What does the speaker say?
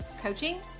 coaching